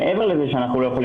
מעבר לכך,